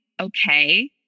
okay